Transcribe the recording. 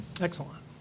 Excellent